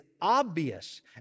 obvious